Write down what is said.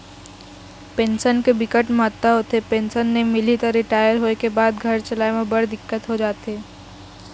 pension के बिकट महत्ता होथे, पेंसन नइ मिलही त रिटायर होए के बाद घर चलाए म बड़ दिक्कत हो जाथे